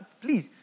please